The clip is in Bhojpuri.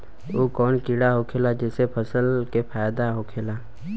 उ कौन कीड़ा होखेला जेसे फसल के फ़ायदा होखे ला?